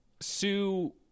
Sue